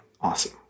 Awesome